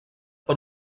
per